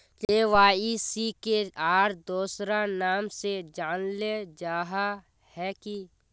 KYC के आर दोसरा नाम से जानले जाहा है की?